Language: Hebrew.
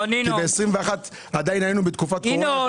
ב-2021, עדיין היינו בתקופת קורונה.